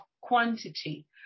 quantity